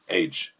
age